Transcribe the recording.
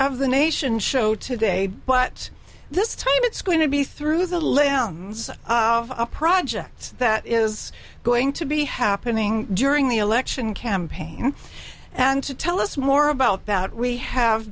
of the nation show today but this time it's going to be through the limbs of a project that is going to be happening during the election campaign and to tell us more about bout we have